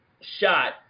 shot